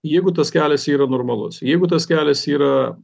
jeigu tas kelias yra normalus jeigu tas kelias yra